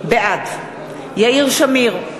בעד יאיר שמיר,